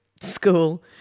school